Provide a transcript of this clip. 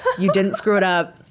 you didn't screw it up,